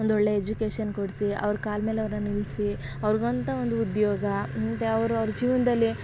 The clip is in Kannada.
ಒಂದೊಳ್ಳೆ ಎಜುಕೇಶನ್ ಕೊಡಿಸಿ ಅವ್ರ ಕಾಲು ಮೇಲೆ ಅವ್ರನ್ನ ನಿಲ್ಲಿಸಿ ಅವ್ರಿಗಂತ ಒಂದು ಉದ್ಯೋಗ ಮತ್ತು ಅವ್ರವ್ರ ಜೀವನದಲ್ಲಿ